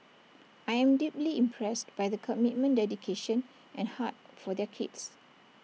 I am deeply impressed by the commitment dedication and heart for their kids